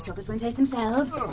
chocolates won't taste themselves. so